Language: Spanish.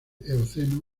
eoceno